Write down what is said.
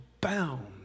bound